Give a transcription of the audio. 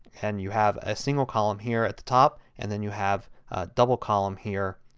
and you have a single column here at the top and then you have a double column here